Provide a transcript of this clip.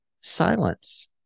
silence